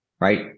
right